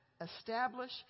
establish